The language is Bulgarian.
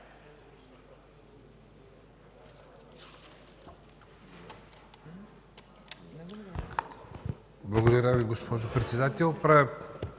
Благодаря, госпожо Председател.